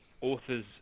authors